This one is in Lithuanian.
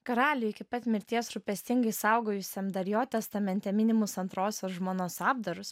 karaliui iki pat mirties rūpestingai saugojusiam dar jo testamente minimus antrosios žmonos apdarus